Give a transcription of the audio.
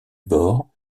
bord